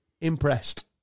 Impressed